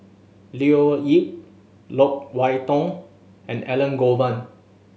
Leo Yip Loke Wan Tho and Elangovan